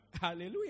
Hallelujah